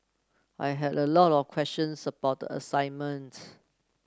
I had a lot of questions about the assignment